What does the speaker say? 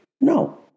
No